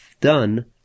done